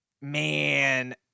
Man –